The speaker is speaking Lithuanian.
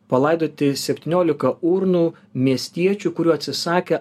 palaidoti septyniolika urnų miestiečių kurių atsisakė